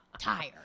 tired